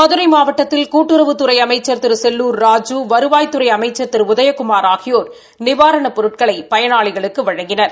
மதுரை மாவட்டத்தில் கூட்டுறவுத்துறை அமைச்சா் திரு செல்லூர் ராஜூ வருவாய்த்துறை அமைச்சா் திரு உதயகுமார் ஆகியோர் நிவாரண பொருட்களை பயனாளிகளுக்கு வழங்கினர்